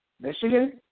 Michigan